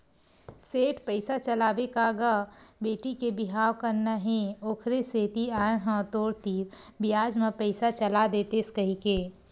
सेठ पइसा चलाबे का गा बेटी के बिहाव करना हे ओखरे सेती आय हंव तोर तीर बियाज म पइसा चला देतेस कहिके